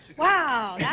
wow. yeah